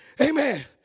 amen